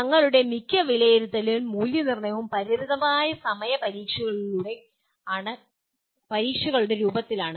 ഞങ്ങളുടെ മിക്ക വിലയിരുത്തലും മൂല്യനിർണ്ണയവും പരിമിതമായ സമയ പരീക്ഷകളുടെ രൂപത്തിലാണ്